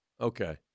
Okay